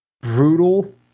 Brutal